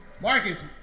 Marcus